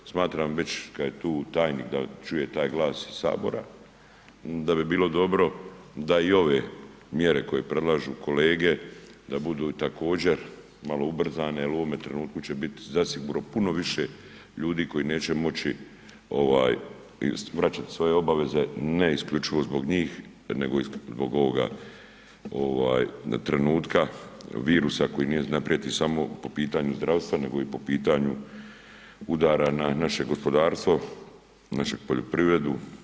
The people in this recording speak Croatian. Smatram kada je tu već tajnik da čuje taj glas iz Sabora da bi bilo dobro da i ove mjere koje predlažu kolege da budu također malo ubrzane, jer u ovome trenutku će biti zasigurno puno više ljudi koji neće moći vraćati svoje obaveze ne isključivo zbog njih, nego zbog ovoga trenutka virusa koji ne prijeti samo po pitanju zdravstva, nego i po pitanju udara na naše gospodarstvo, našu poljoprivredu.